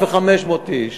400,000 ו-500,000 איש.